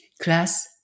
class